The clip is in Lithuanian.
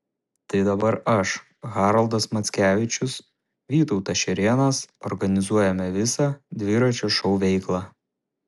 tai dabar aš haroldas mackevičius vytautas šerėnas organizuojame visą dviračio šou veiklą